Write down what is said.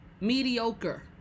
mediocre